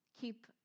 Keep